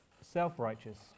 self-righteous